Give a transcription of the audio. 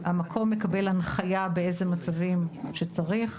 המקום מקבל הנחיה באילו מצבים שצריך.